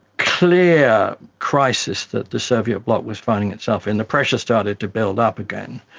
clear crisis that the soviet bloc was finding itself in, the pressure started to build up again.